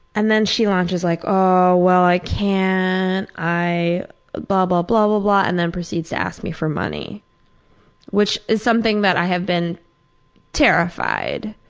and then she lunches like well i can't. and i blah blah blah blah blah. and then proceeds to ask me for money which is something that i have been terrified.